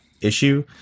issue